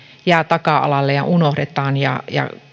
jää taka alalle ja unohdetaan ja